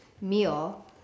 meal